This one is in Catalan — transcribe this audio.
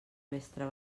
mestre